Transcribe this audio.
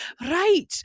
right